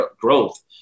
growth